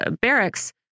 barracks